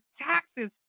taxes